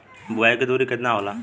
बुआई के दुरी केतना होला?